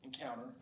encounter